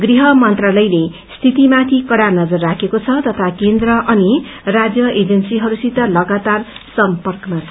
गृह मन्त्रालयले स्थितिमाथि कड़ा नजर राखेको छ तथा केन्द्र अनि राज्य एजेन्सीहस्सित लगातार सम्पर्कमा छ